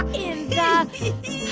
in yeah the.